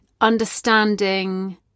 understanding